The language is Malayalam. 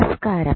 നമസ്കാരം